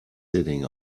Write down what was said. sitting